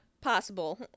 possible